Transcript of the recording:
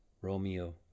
Romeo